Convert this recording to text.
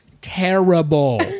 terrible